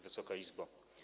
Wysoka Izbo!